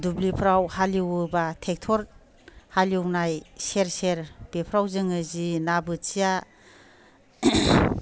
दुब्लिफ्राव हालिउयोबा ट्रेक्टर हालिवनाय सेर सेर बेफ्राव जोङो जि ना बोथिया